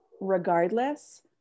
regardless